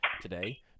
today